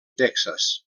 texas